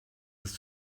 ist